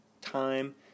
time